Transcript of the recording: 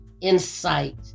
insight